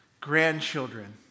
grandchildren